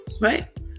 right